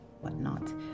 whatnot